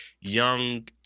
young